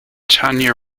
tanya